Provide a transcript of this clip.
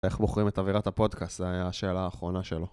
איך בוחרים את אווירת הפודקאסט? זה היה השאלה האחרונה שלו.